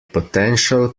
potential